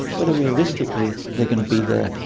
whether realistically they're going to be there.